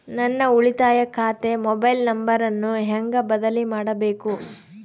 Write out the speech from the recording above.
ನನ್ನ ಉಳಿತಾಯ ಖಾತೆ ಮೊಬೈಲ್ ನಂಬರನ್ನು ಹೆಂಗ ಬದಲಿ ಮಾಡಬೇಕು?